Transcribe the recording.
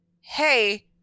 Hey